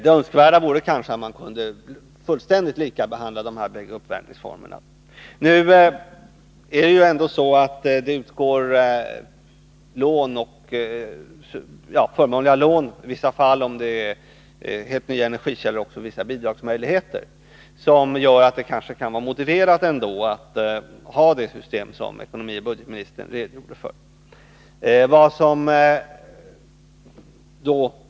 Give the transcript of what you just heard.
Det önskvärda vore kanske att man kunde fullständigt likabehandla de båda uppvärmningsformerna. Nu är det ändå så att det utgår förmånliga lån i vissa fall — om det är helt nya energikällor osv. — och det finns andra bidragsmöjligheter som gör att det kanske kan vara motiverat att ändå ha det system som ekonomioch budgetministern redogjorde för.